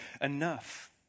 enough